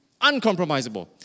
Uncompromisable